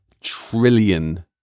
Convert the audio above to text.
trillion